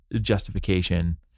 justification